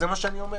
זה מה שאני אומר.